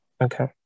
Okay